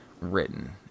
written